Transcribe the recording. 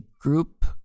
group